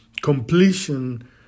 completion